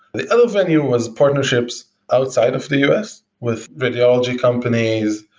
the other venue was partnerships outside of the us with radiology companies,